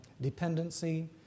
dependency